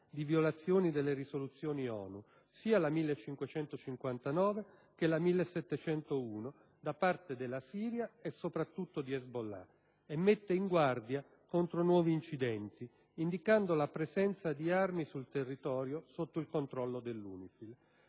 di violazioni delle risoluzioni ONU, sia la 1559 che la 1701, da parte della Siria e soprattutto di Hezbollah e mette in guardia contro nuovi incidenti, indicando la presenza di armi sul territorio sotto il controllo dell'UNIFIL;